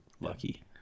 Lucky